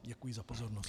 Děkuji za pozornost.